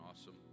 awesome